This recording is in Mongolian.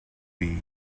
бий